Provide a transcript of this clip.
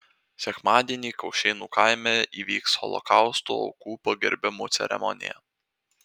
sekmadienį kaušėnų kaime įvyks holokausto aukų pagerbimo ceremonija